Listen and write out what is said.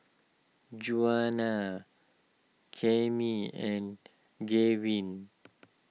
Joanna Cami and Gavin